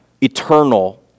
eternal